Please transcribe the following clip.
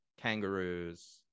kangaroos